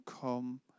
come